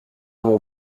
mon